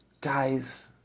Guys